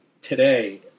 today